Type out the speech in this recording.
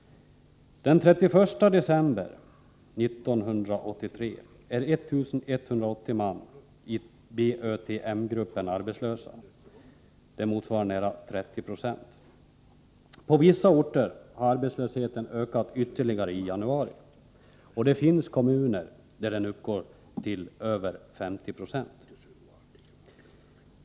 Den 31 december 1983 var 1180 man i BÖTM-gruppen arbetslösa. Det motsvarar nära 30 26. På vissa orter har arbetslösheten ökat ytterligare i januari. Det finns kommuner där den uppgår till över 50 9o.